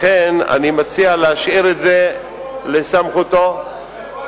לכן, אני מציע להשאיר את זה לסמכותו של,